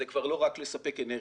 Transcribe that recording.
זה כבר לא רק לספק אנרגיה.